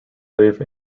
live